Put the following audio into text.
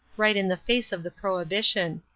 right in the face of the prohibition.